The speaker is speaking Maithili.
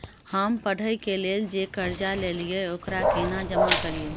हम पढ़े के लेल जे कर्जा ललिये ओकरा केना जमा करिए?